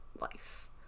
life